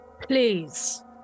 Please